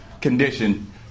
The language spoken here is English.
condition